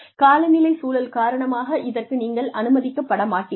ஆனால் காலநிலை சூழல் காரணமாக இதற்கு நீங்கள் அனுமதிக்கப்பட மாட்டீர்கள்